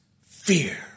fear